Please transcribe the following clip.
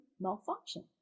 malfunction